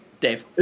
Dave